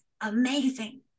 amazing